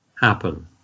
happen